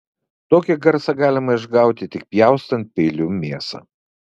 tokį garsą galima išgauti tik pjaustant peiliu mėsą